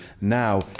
Now